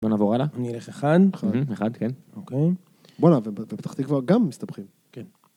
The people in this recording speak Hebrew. בוא נעבור הלאה אני אלך אחד אחד כן אוקיי בוא הנה ופתח תקווה גם מסתבכים כן.